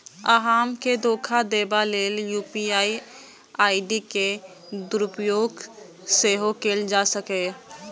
अहां के धोखा देबा लेल यू.पी.आई आई.डी के दुरुपयोग सेहो कैल जा सकैए